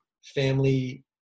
family